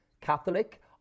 Catholic